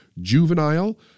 juvenile